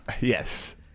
yes